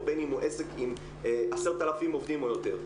או בין אם הוא עסק עם 10 אלפים עובדים או יותר.